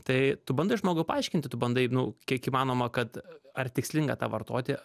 tai tu bandai žmogui paaiškinti tu bandai nu kiek įmanoma kad ar tikslinga tą vartoti